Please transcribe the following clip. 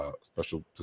special